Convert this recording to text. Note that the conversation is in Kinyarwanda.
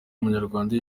umunyarwanda